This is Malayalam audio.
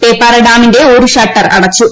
പേപ്പാറ ഡാമിന്റെ ഒരു ഷട്ടർ അടച്ചു